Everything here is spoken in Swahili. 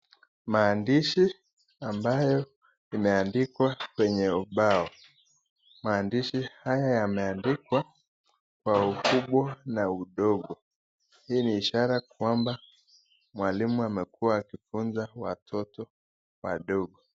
Maandishi ambayo imeandikwa kwenye ubao. Maandishi haya yameandikwa kwa ukubwa na udogo. Hii ni ishara kwamba mwalimu amekuwa akifunza watoto wadogo.